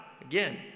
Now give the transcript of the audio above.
Again